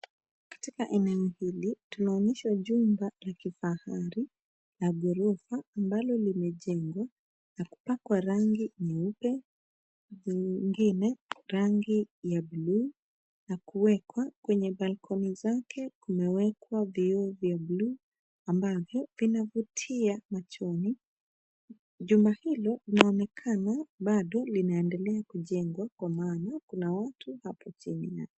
Katika eneo hili tunaonyeshwa jumba la kifahari, la ghorofa, ambalo limejengwa na kupakwa rangi nyeupe na nyingine rangi ya buluu na kuwekwa kwenye balcony zake kumewekwa vioo vya buluu ambavyo vinavutia machoni. Jumba hilo linaonekana baado linaendelea kujengwa kwa maana kuna watu hapo chini.